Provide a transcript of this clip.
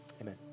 amen